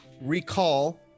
recall